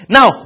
Now